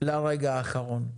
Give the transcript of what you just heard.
לרגע האחרון.